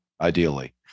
Ideally